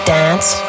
Dance